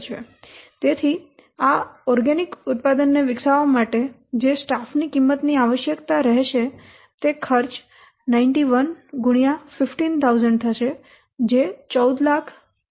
તેથી આ કાર્બનિક ઉત્પાદનને વિકસાવવા માટે જે સ્ટાફની કિંમતની આવશ્યકતા રહેશે તે ખર્ચ 91 ગુણ્યા 15000 થશે જે 1465000 આવે છે